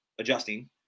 adjusting